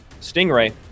Stingray